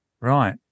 Right